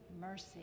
mercy